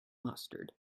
mustard